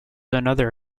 another